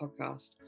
podcast